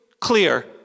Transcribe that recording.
clear